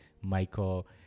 Michael